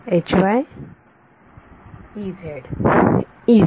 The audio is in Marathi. विद्यार्थी